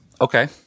Okay